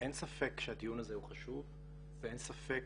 אין ספק שהדיון הזה הוא חשוב ואין ספק,